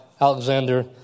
Alexander